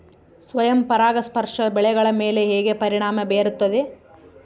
ಸ್ವಯಂ ಪರಾಗಸ್ಪರ್ಶ ಬೆಳೆಗಳ ಮೇಲೆ ಹೇಗೆ ಪರಿಣಾಮ ಬೇರುತ್ತದೆ?